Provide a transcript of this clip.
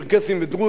ברחבי המדינה,